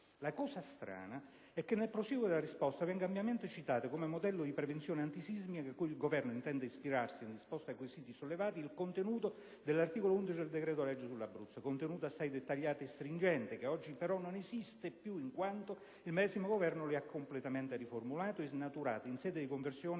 La cosa strana è che nel prosieguo della risposta venga ampiamente citato come modello di prevenzione antisismica cui il Governo intende ispirarsi, in risposta ai quesiti sollevati, il contenuto dell'articolo 11 del decreto-legge sull'Abruzzo: contenuto assai dettagliato e stringente, che oggi però non esiste più in quanto il medesimo Governo lo ha completamente riformulato e snaturato in sede di conversione